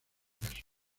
caso